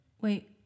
Wait